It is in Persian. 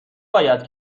باید